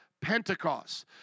Pentecost